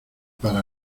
para